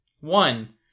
one